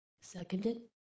Seconded